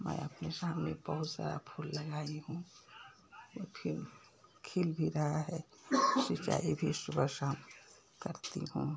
मैं अपने सामने बहुत सारा फूल लगाई हूँ वो खिल खिल भी रहा है सिंचाई भी शुबह शाम करती हूँ